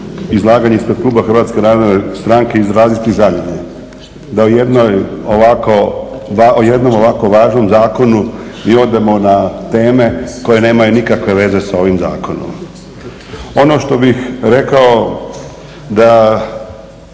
izlaganja ispred kluba Hrvatske narodne stranke izraziti žaljenje, da o jednoj ovako, o jednom ovako važnom zakonu mi odemo na teme koje nemaju nikakve veze sa ovim zakonom. Ono što bih rekao da